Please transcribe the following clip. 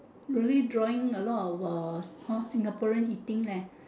really drawing a lot of uh how Singaporean eating leh